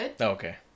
okay